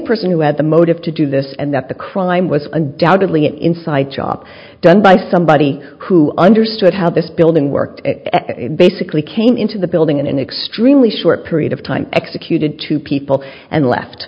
person who had the motive to do this and that the crime was undoubtedly an inside job done by somebody who understood how this building worked basically came into the building in an extremely short period of time executed two people and